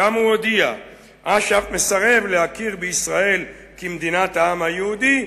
שהודיע: אש"ף מסרב להכיר בישראל כמדינת העם היהודי,